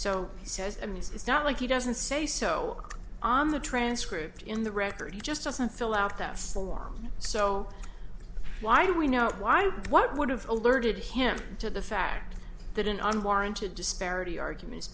so he says i mean it's not like he doesn't say so on the transcript in the record he just doesn't fill out that swarm so why do we know why what would have alerted him to the fact that an unwarranted disparity arguments